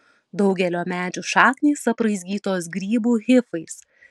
daugelio medžių šaknys apraizgytos grybų hifais